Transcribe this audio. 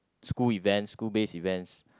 school events school based events